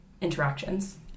interactions